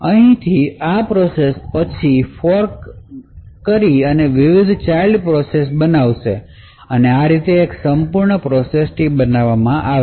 અહીંથી આ પ્રોસેસ પછી ફોર્ક વિવિધ ચાઇલ્ડ પ્રોસેસ અને આ રીતે એક સંપૂર્ણ પ્રોસેસ ટ્રી બનાવે છે